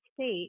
state